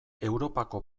europako